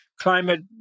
climate